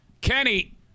Kenny